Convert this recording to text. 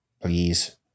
Please